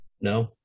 No